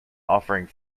offering